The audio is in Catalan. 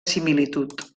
similitud